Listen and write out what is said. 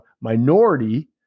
minority